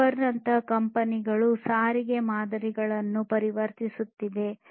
Uber ನಂತಹ ಕಂಪನಿಗಳು ಸಾರಿಗೆ ಮಾದರಿಗಳನ್ನು ಪರಿವರ್ತಿಸುತ್ತಿವೆ